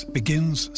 begins